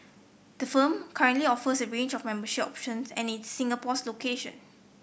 the firm currently offers a range of membership options at its Singapore location